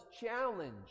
challenge